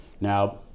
Now